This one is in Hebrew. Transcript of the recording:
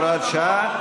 הוראת שעה),